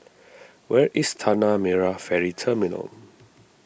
where is Tanah Merah Ferry Terminal